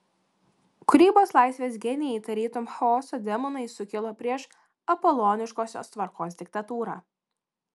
kūrybos laisvės genijai tarytum chaoso demonai sukilo prieš apoloniškosios tvarkos diktatūrą